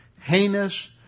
heinous